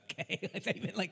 Okay